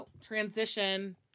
transition